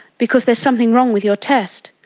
because there's something wrong with your test.